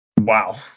wow